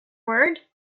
word